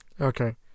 Okay